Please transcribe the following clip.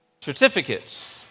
Certificates